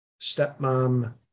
stepmom